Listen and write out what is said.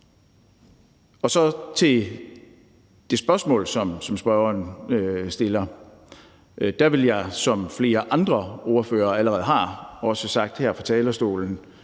til det spørgsmål, som spørgeren stiller. Der vil jeg, som flere andre ordførere også allerede har sagt her fra talerstolen,